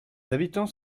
habitants